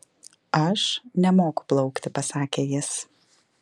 aš nemoku plaukti pasakė jis